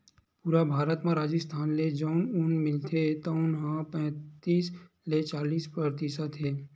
पूरा भारत म राजिस्थान ले जउन ऊन मिलथे तउन ह पैतीस ले चालीस परतिसत हे